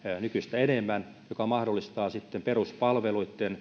nykyistä enemmän mikä mahdollistaa sitten peruspalveluitten